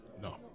No